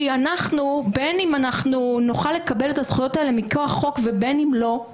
כי בין אם אנחנו נוכל לקבל את הזכויות האלה מכוח חוק ובין אם לא,